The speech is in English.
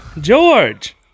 George